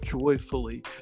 joyfully